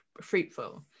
fruitful